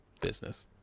business